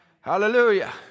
Hallelujah